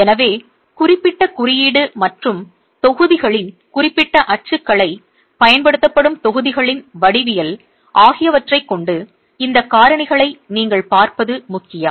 எனவே குறிப்பிட்ட குறியீடு மற்றும் தொகுதிகளின் குறிப்பிட்ட அச்சுக்கலை பயன்படுத்தப்படும் தொகுதிகளின் வடிவியல் ஆகியவற்றைக் கொண்டு இந்த காரணிகளை நீங்கள் பார்ப்பது முக்கியம்